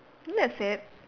isn't that sad